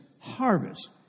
harvest